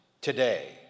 today